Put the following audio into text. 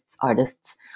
artists